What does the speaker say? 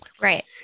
right